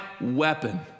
weapon